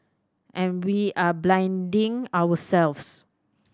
and we are blinding ourselves